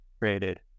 created